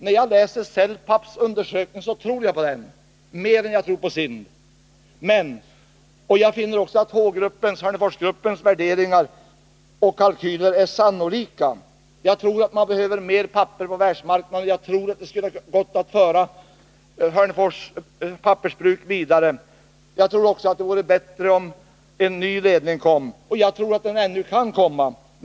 När jag läser Celpaps undersökning tror jag på den — mer än jag tror på SIND. Och jag finner också att Hörneforsgruppens värderingar och kalkyler är sannolika. Jag tror att vi behöver mer papper på världsmarknaden. Jag tror att det skulle ha gått att driva Hörnefors pappersfabrik vidare. Jag tror också att det vore bättre om en ny ledning kom — och jag tror att den ännu kan komma.